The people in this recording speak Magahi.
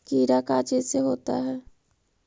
कीड़ा का चीज से होता है?